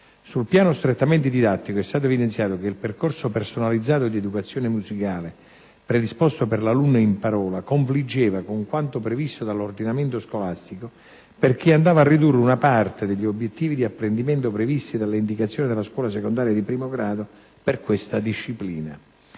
Sul piano strettamente didattico, è stato evidenziato che il percorso personalizzato di educazione musicale predisposto per l'alunna in parola confliggeva con quanto previsto dall'ordinamento scolastico, perché andava a ridurre una parte degli obiettivi di apprendimento previsti dalle indicazioni della scuola secondaria di primo grado per questa disciplina.